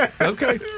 Okay